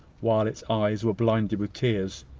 while its eyes were blinded with tears.